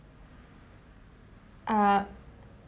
uh